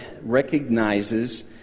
recognizes